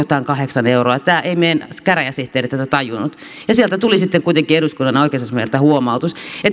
tämän kahdeksan euroa ei meidän käräjäsihteeri tätä tajunnut sieltä tuli sitten kuitenkin eduskunnan oikeusasiamieheltä huomautus